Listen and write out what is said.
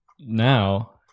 now